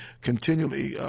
continually –